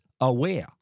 aware